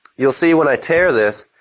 you'll see when i tear this,